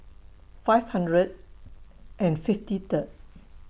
five hundred and fifty Third